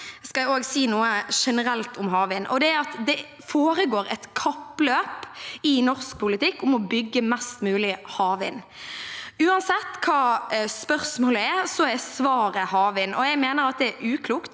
Jeg skal også si noe generelt om havvind, og det er at det foregår et kappløp i norsk politikk om å bygge mest mulig havvind. Uansett hva spørsmålet er, er svaret havvind. Jeg mener at det er uklokt.